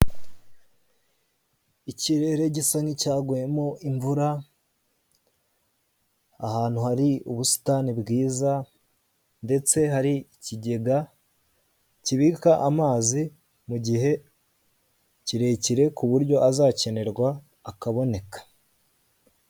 Ikirere gisa nk'icyaguyemo imvura, ahantu hari ubusitani bwiza, ndetse hari ikigega kibika amazi mu gihe kirekire, ku buryo azakenerwa akaboneka.